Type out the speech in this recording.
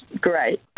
great